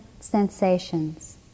sensations